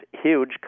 huge